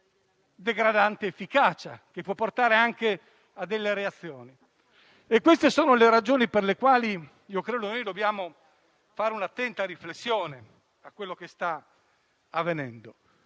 degradante efficacia, che può portare anche a reazioni. Queste sono le ragioni per le quali credo che dobbiamo fare un'attenta riflessione su ciò che sta avvenendo.